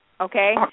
Okay